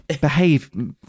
Behave